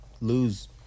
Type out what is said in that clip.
lose